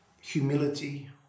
humility